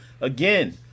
again